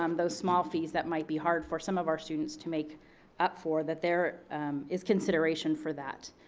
um those small fees that might be hard for some of our students to make up for, that there is consideration for that,